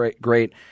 great –